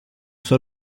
sua